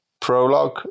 prologue